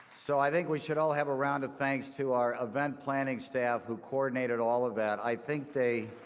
so, i think we should all have a round of thanks to our event planning staff who coordinated all of that. i think they